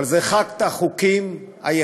אבל זה אחד החוקים היחידים